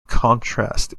contrast